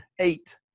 Eight